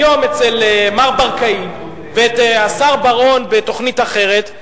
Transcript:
היום, אצל מר ברקאי, ואת השר בר-און בתוכנית אחרת,